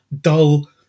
dull